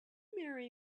marry